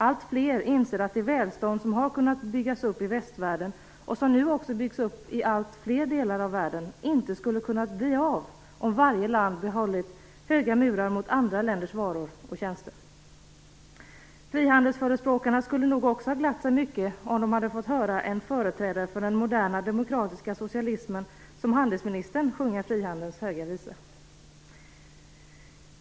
Allt fler inser att det välstånd som har kunnat byggas upp i västvärlden, och som nu också byggs upp i allt fler delar av världen, inte hade kunnat bli av om varje land behållit höga murar mot andra länders varor och tjänster. Frihandelsförespråkarna hade nog också glatt sig mycket om de hade fått höra en företrädare för den moderna demokratiska socialismen som handelsministern sjunga frihandelns höga visa.